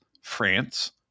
France